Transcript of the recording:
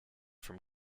from